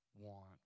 want